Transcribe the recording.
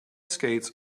skates